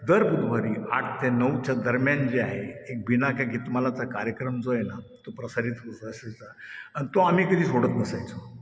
दर बुधवारी आठ ते नऊच्या दरम्यान जे आहे एक बिनाका गीतमालाचा कार्यक्रम जो आहे ना तो प्रसारित होत असायचा आणि तो आम्ही कधी सोडत नसायचो